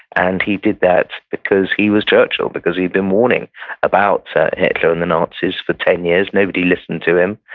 and he did that because he was churchill, because he'd been warning about hitler and the nazis for ten years. nobody listened to him,